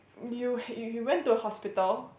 you h~ you you went to hospital